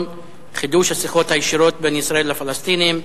חידוש השיחות הישירות בין ישראל לפלסטינים.